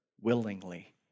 willingly